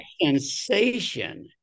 sensation